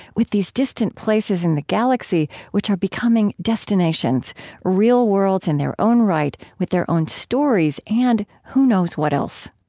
with these distant places in the galaxy which are becoming destinations real worlds in their own right with their own stories and, who knows what else.